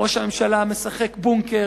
ראש הממשלה משחק "בונקר",